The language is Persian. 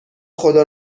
خدا